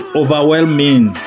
overwhelming